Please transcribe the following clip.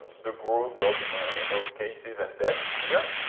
the growth of of cases and deaths here,